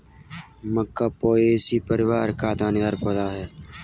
मक्का Poaceae परिवार का दानेदार पौधा है